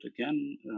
again